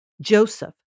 Joseph